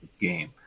game